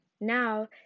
Now